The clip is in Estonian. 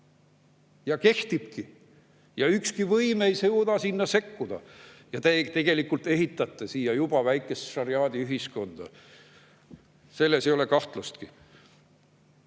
Kehtibki ja ükski võim ei suuda sinna sekkuda. Te tegelikult ehitate siia juba väikest šariaadiühiskonda. Selles ei ole kahtlustki.